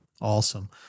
Awesome